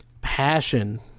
Passion